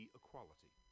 equality